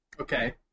Okay